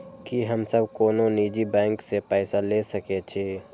की हम सब कोनो निजी बैंक से पैसा ले सके छी?